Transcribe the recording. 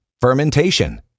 Fermentation